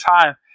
time